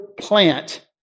plant